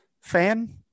fan